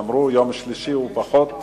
אמרו שיום שלישי הוא פחות מעניין.